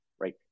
right